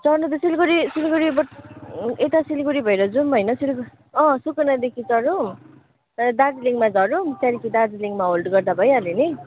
चढ्नु त सिलगढी सिलगढी ब यता सिलगढी भएर जौँ होइन सिलगढी अँ सुकुनादेखि चढौँ दार्जिलिङमा झरौँ त्यहाँदेखि दार्जिलिङमा होल्ड गर्दा भइहाल्यो नि